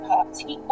Party